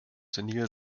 senil